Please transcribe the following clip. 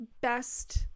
best